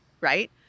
right